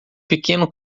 pequeno